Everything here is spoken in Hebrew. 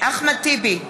אחמד טיבי,